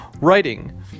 writing